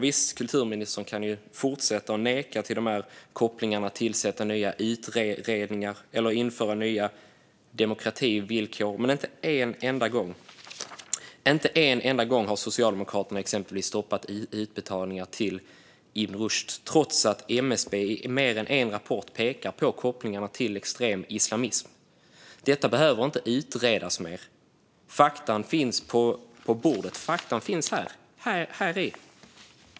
Visst, kulturministern kan fortsätta att neka till de här kopplingarna och tillsätta nya utredningar eller införa nya demokrativillkor, men inte en enda gång har Socialdemokraterna exempelvis stoppat utbetalningar till Ibn Rushd, trots att MSB i mer än en rapport har pekat på kopplingarna till extrem islamism. Detta behöver inte utredas mer. Fakta finns på bordet. Fakta finns här.